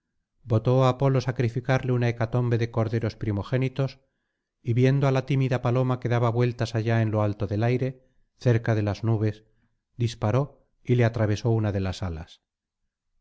votó á apolo sacrificarle una hecatombe de corderos primogénitos y viendo á la tímida paloma que daba vueltas allá en lo alto del aire cerca de las nubes disparó y le atravesó una de las alas